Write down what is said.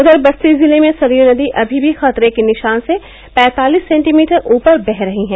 उधर बस्ती जिले में सरयू नदी अमी भी खतरे के निशान से पैंतालिस सेंटीमीटर ऊपर बह रही है